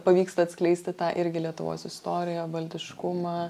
pavyksta atskleisti tą irgi lietuvos istoriją baltiškumą